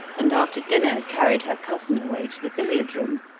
and after dinner carried her cousin away to the billiard-room,